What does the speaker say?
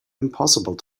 impossible